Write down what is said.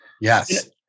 Yes